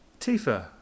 Tifa